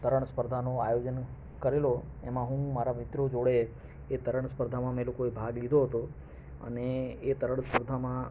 તરણ સ્પર્ધાનો આયોજન કેરેલો એમાં હું મારા મિત્રો જોડે એ તરણ સ્પર્ધામાં અમે લોકોએ ભાગ લીધો હતો અને એ તરણ સ્પર્ધામાં